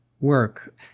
work